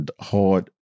hard